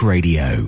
Radio